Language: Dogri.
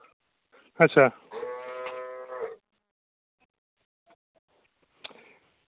अच्छा